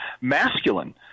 masculine